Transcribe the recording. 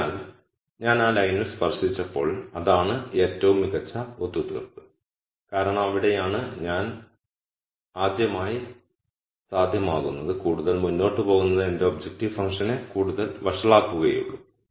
അതിനാൽ ഞാൻ ആ ലൈനിൽ സ്പർശിച്ചപ്പോൾ അതാണ് ഏറ്റവും മികച്ച ഒത്തുതീർപ്പ് കാരണം അവിടെയാണ് ഞാൻ ആദ്യമായി സാധ്യമാകുന്നത് കൂടുതൽ മുന്നോട്ട് പോകുന്നത് എന്റെ ഒബ്ജക്റ്റീവ് ഫങ്ക്ഷനെ കൂടുതൽ വഷളാക്കുകയേയുള്ളൂ